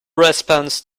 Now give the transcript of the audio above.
response